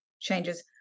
changes